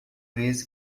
vez